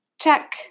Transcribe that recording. check